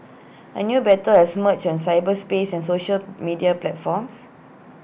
A new battle has emerged on cyberspace and social media platforms